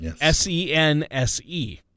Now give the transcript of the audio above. S-E-N-S-E